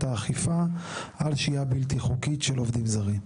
האכיפה על שהיה בלתי חוקית של עובדים זרים.